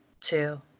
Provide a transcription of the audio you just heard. two